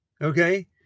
Okay